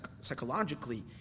psychologically